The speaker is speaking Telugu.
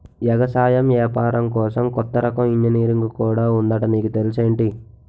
ఎగసాయం ఏపారం కోసం కొత్త రకం ఇంజనీరుంగు కూడా ఉందట నీకు తెల్సేటి?